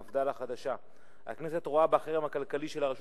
מפד"ל החדשה: הכנסת רואה בחרם הכלכלי של הרשות